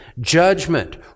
judgment